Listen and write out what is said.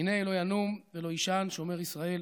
הנה לא ינום ולא יישן שומר ישראל.